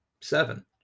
seven